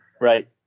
right